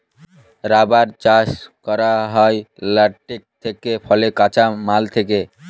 rubber চাষ করা হয় ল্যাটেক্স থেকে ফলের কাঁচা মাল নিয়ে